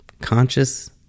conscious